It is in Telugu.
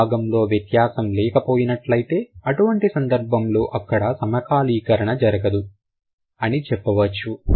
ఒక భాగంలో వ్యత్యాసం లేకపోయినట్లయితే అటువంటి సందర్భంలో అక్కడ సమకాలీకరణ లేదు అని చెప్పవచ్చు